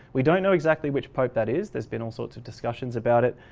we don't know exactly which pope that is. there's been all sorts of discussions about it.